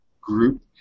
group